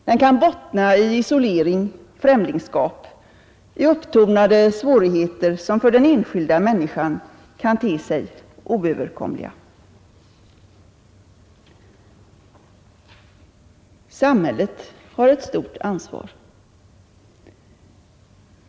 Den kan bottna i isolering, främlingskap, i upptornade svårigheter som för den enskilda människan kan te sig oöverkomliga. Samhället har ett stort ansvar.